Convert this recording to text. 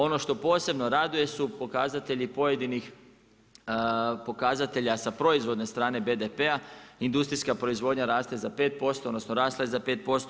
Ono što posebno raduje su pokazatelji pojedinih pokazatelja sa proizvodne strane BDP-a, industrijska proizvodnja raste za 5%, odnosno, rasla je za 5%